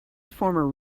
former